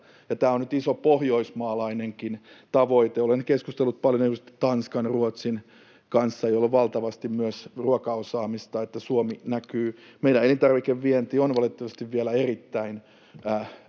Tämä on nyt iso pohjoismaalainenkin tavoite. Olen keskustellut paljon Tanskan ja Ruotsin kanssa, joilla on valtavasti myös ruokaosaamista, siitä, että Suomi näkyy. Meidän elintarvikevienti on valitettavasti vielä erittäin,